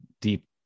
deep